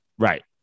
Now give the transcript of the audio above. Right